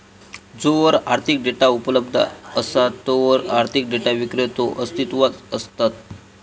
जोवर आर्थिक डेटा उपलब्ध असा तोवर आर्थिक डेटा विक्रेतो अस्तित्वात असता